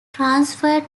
transferred